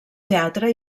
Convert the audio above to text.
teatre